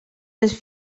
les